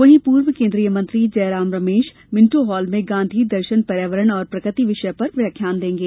वहीं पूर्व केन्द्रीय मंत्री जयराम रमेश मिन्टो हॉल में गाँधी दर्शन पर्यावरण और प्रकृति विषय पर व्याख्यान देंगे